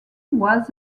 was